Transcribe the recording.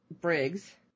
Briggs